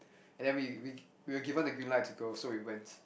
and the we we we were given green light to go so we went